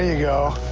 ah go.